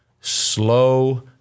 slow